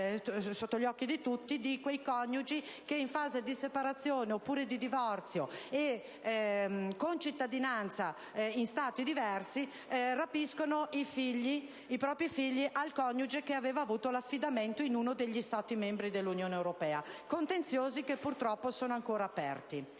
sotto gli occhi di tutti, di quei coniugi che in fase di separazione oppure di divorzio e con cittadinanza in Stati diversi rapiscono i propri figli al coniuge che aveva avuto l'affidamento in uno degli Stati membri dell'Unione europea. Tali contenziosi, purtroppo, sono ancora aperti.